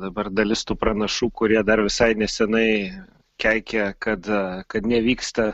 dabar dalis tų pranašų kurie dar visai nesenai keikė kad kad nevyksta